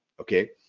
okay